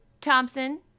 Thompson